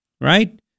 right